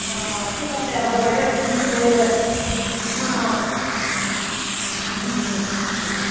অঁ অঁ ঠিক আছে হ'ব বাইদেউ ফোনটো ধৰিব অঁ অঁ হ'ব দিয়ক